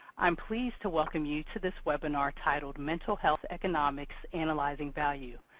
i'm pleased to welcome you to this webinar titled mental health economics analyzing value.